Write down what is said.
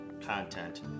content